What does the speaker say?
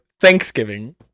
Thanksgiving